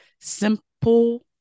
simple